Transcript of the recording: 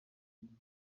mujyi